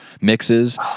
mixes